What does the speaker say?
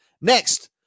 Next